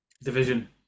division